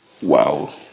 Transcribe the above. Wow